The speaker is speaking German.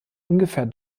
ungefähr